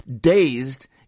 dazed